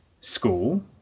school